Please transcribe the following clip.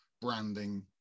branding